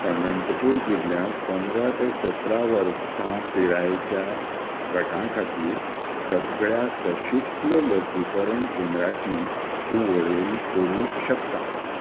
अनंतपुर जिल्ल्यांत पंदरा ते सतरा वर्सां पिरायेच्या गटा खातीर सगळ्या सशुल्क लसीकरण केंद्रांची तूं वळेरी करूंक शकता